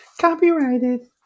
copyrighted